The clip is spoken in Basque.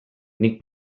nik